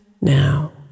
now